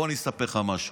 בוא אני אספר לכם משהו: